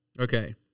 Okay